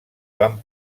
van